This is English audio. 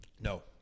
No